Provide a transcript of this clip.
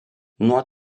nuo